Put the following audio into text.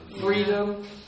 Freedom